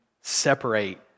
separate